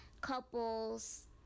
couples